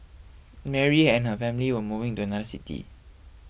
Mary and her family were moving to another city